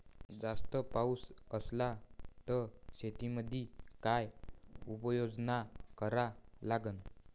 जास्त पाऊस असला त शेतीमंदी काय उपाययोजना करा लागन?